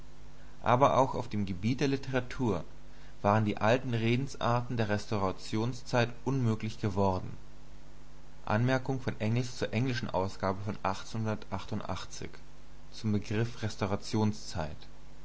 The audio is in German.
aber auch auf dem gebiete der literatur waren die alten redensarten der restaurationszeit gemeint